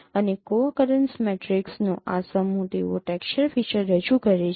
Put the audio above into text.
અને co occurrence મેટ્રિસીસનો આ સમૂહ તેઓ ટેક્સચર ફીચર રજૂ કરે છે